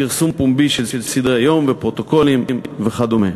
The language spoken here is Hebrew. פרסום פומבי של סדרי-יום ופרוטוקולים וכדומה.